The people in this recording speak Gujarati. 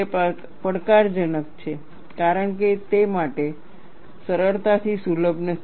તે પડકારજનક છે કારણ કે તે સરળતાથી સુલભ નથી